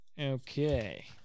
Okay